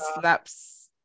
slaps